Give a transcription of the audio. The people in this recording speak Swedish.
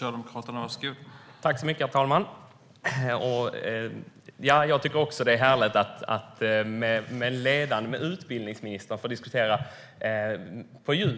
Herr talman! Jag tycker att det är härligt att med utbildningsministern få diskutera de här frågorna